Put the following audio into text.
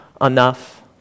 enough